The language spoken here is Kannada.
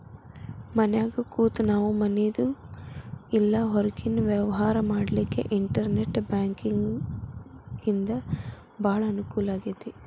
ಮನ್ಯಾಗ್ ಕೂತ ನಾವು ಮನಿದು ಇಲ್ಲಾ ಹೊರ್ಗಿನ್ ವ್ಯವ್ಹಾರಾ ಮಾಡ್ಲಿಕ್ಕೆ ಇನ್ಟೆರ್ನೆಟ್ ಬ್ಯಾಂಕಿಂಗಿಂದಾ ಭಾಳ್ ಅಂಕೂಲಾಗೇತಿ